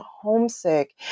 homesick